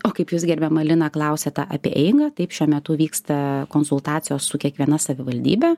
o kaip jūs gerbiama lina klausiata apie eigą taip šiuo metu vyksta konsultacijos su kiekviena savivaldybe